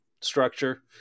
structure